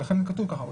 לכן כתוב כך.